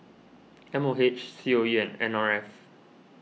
M O H C O E and N R F